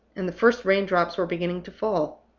and the first rain-drops were beginning to fall.